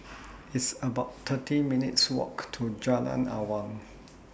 It's about thirty minutes' Walk to Jalan Awang